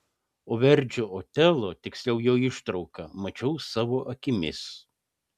o verdžio otelo tiksliau jo ištrauką mačiau savo akimis